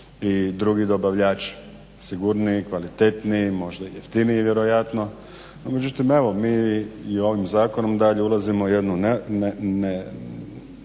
i drugi dobavljači, sigurniji, kvalitetniji možda i jeftiniji vjerojatno. No međutim, evo mi i ovim zakonom dalje ulazimo u jednu